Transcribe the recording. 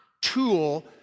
tool